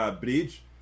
Bridge